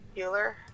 Euler